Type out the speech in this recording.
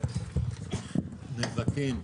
לצמצם נזקים,